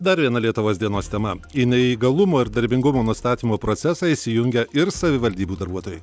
dar viena lietuvos dienos tema į neįgalumo ir darbingumo nustatymo procesą įsijungia ir savivaldybių darbuotojai